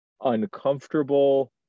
uncomfortable